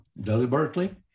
deliberately